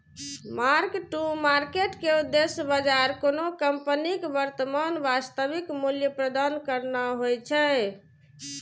mark to market के उद्देश्य बाजार कोनो कंपनीक वर्तमान वास्तविक मूल्य प्रदान करना होइ छै